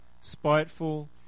spiteful